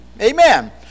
Amen